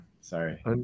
sorry